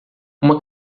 uma